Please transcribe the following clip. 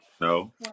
No